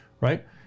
right